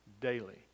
daily